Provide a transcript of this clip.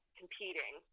competing